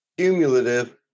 Cumulative